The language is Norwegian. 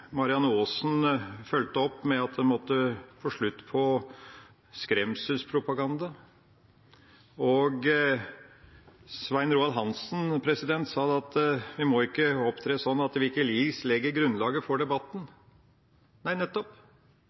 Marianne Aasen fulgte opp med at en måtte få slutt på skremselspropagandaen. Og Svein Roald Hansen sa at vi ikke må opptre sånn at WikiLeaks legger grunnlaget for debatten. Nei, nettopp.